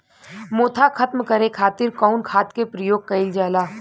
मोथा खत्म करे खातीर कउन खाद के प्रयोग कइल जाला?